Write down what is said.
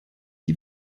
die